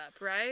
right